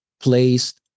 placed